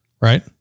right